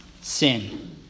sin